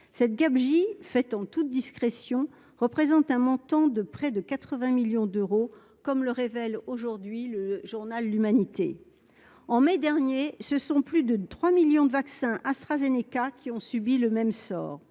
cette gabegie faite en toute discrétion, représente un montant de près de 80 millions d'euros, comme le révèle aujourd'hui le journal L'Humanité en mai dernier, ce sont plus de 3 millions de vaccins AstraZeneca qui ont subi le même sort,